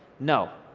no,